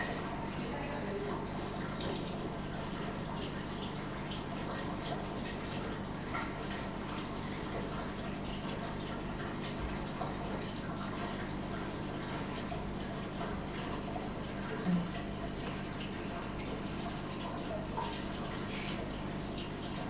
mm